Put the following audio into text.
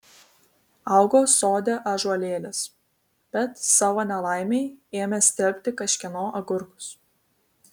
augo sode ąžuolėlis bet savo nelaimei ėmė stelbti kažkieno agurkus